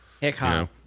Hiccup